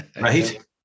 Right